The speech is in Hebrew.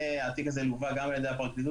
והתיק הזה לווה גם על ידי הפרקליטות,